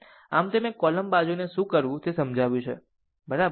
આ મેં તે કોલમ બાજુને શું કરવું તે સમજાવ્યું છે બરાબર